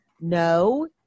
no